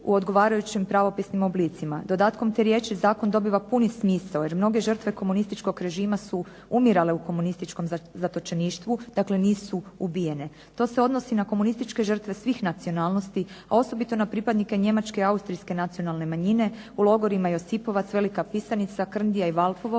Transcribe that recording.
u odgovarajućim pravopisnim oblicima. Dodatkom te riječi Zakon dobiva puni smisao jer mnoge žrtve komunističkog režima su umirale u komunističkom zatočeništvu dakle nisu ubijene. To se odnosi na komnističke žrtve svih nacionalnosti a osobito na pripadnike Njemačke i Austrijske nacionalne manjine u logorima Josipovac, Velika Pisanica, Krndija i Valpovo